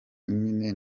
nyine